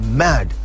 mad